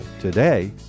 Today